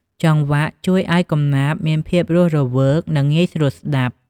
ចង្វាក់ជួយឱ្យកំណាព្យមានភាពរស់រវើក និងងាយស្រួលស្ដាប់។